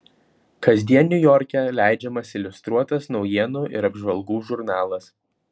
kasdien niujorke leidžiamas iliustruotas naujienų ir apžvalgų žurnalas